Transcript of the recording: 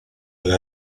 alla